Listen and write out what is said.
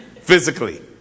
physically